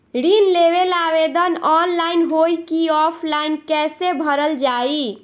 ऋण लेवेला आवेदन ऑनलाइन होई की ऑफलाइन कइसे भरल जाई?